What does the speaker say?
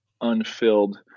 unfilled